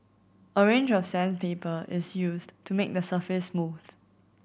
a range of sandpaper is used to make the surface smooth